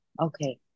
Okay